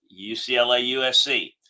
UCLA-USC